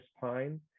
Pine